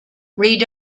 read